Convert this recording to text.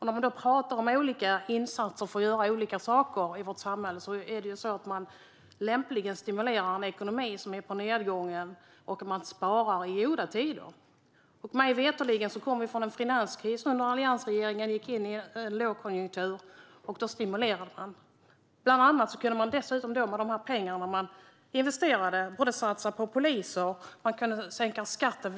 När man pratar om olika insatser för att göra olika saker i vårt samhälle bör man lämpligen stimulera en ekonomi som är på nedgång samtidigt som man sparar i goda tider. Mig veterligen var det under alliansregeringen en finanskris då man gick in en lågkonjunktur, och då stimulerade man. De pengar som investerades kunde satsas på poliser eller på att sänka skatten.